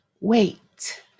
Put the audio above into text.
wait